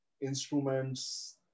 instruments